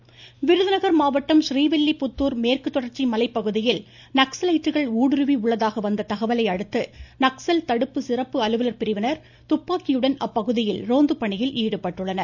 விருதுநகர் நக்சலைட் விருதுநகர் மாவட்டம் ஸ்ரீவில்லிபுத்தூர் மேற்கு தொடர்ச்சி மலைப்பகுதியில் நக்சலைட்டுகள் ஊடுருவி உள்ளதாக வந்த தகவலை அடுத்து நக்சல் தடுப்பு சிறப்பு அலுவல் பிரிவினர் துப்பாக்கியுடன் அப்பகுதியில் ரோந்து பணியில் ஈடுபட்டுள்ளனர்